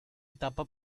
etapa